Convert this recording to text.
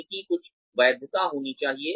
उनकी कुछ वैधता होनी चाहिए